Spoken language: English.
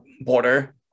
border